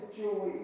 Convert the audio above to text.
joy